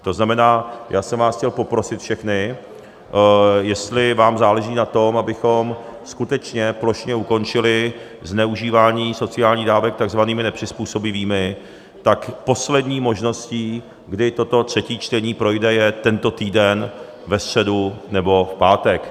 To znamená, já jsem vás chtěl poprosit všechny, jestli vám záleží na tom, abychom skutečně plošně ukončili zneužívání sociálních dávek takzvanými nepřizpůsobivými, tak poslední možností, kdy toto třetí čtení projde, je tento týden ve středu nebo v pátek.